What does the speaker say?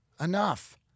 enough